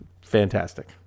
Fantastic